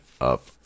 up